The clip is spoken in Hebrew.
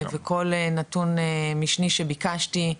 וכל נתון משני שביקשתי,